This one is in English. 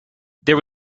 there